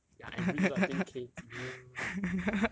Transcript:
ya and rich orh twenty K